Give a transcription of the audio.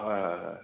হয় হয় হয়